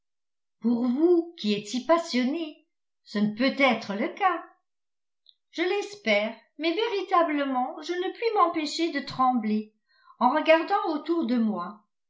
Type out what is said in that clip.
pour vous qui êtes si passionnée ce ne peut être le cas je l'espère mais véritablement je ne puis m'empêcher de trembler en regardant autour de moi